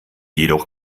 jedoch